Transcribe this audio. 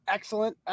Excellent